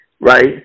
right